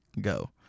go